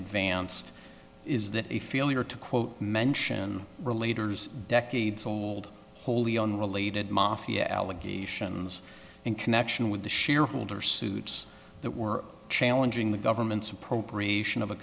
advanced is that a failure to quote mention relating decades old wholly unrelated mafia allegations in connection with the shareholder suits that were challenging the government's appropriation of